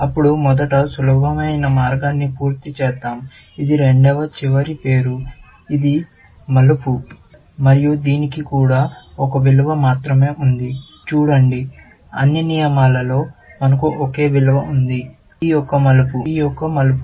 అప్పుడు మొదట సులభమైన మార్గాన్ని పూర్తి చేద్దాం ఇది రెండవ చివరి పేరు ఇది మలుపు మరియు దీనికి కూడా ఒక విలువ మాత్రమే ఉంది చూడండి అన్ని నియమాలలో మనకు ఒకే విలువ ఉంది పి యొక్క మలుపు పి యొక్క మలుపు